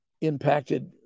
impacted